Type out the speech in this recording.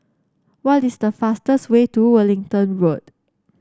what is the fastest way to Wellington Road